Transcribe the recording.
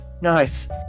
Nice